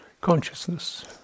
Consciousness